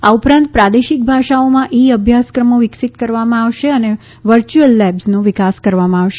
આ ઉપરાંત પ્રાદેશિક ભાષાઓમાં ઇ અભ્યાસક્રમો વિકસિત કરવામાં આવશે અને વર્યુઅલ લેબ્સનો વિકાસ કરવામાં આવશે